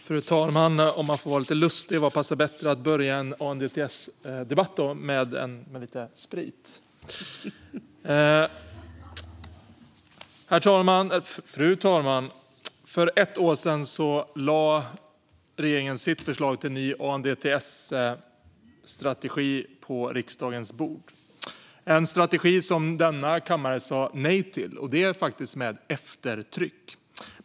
Fru talman! Om man får vara lite lustig: Vad passar bättre än att börja en ANDTS-debatt med lite sprit? Fru talman! För ett år sedan lade regeringen sitt förslag till ny ANDTS-strategi på riksdagens bord. Det var en strategi som denna kammare sa nej till, och det faktiskt med eftertryck.